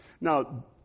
Now